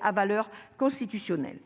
à valeur constitutionnelle.